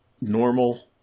normal